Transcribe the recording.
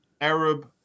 Arab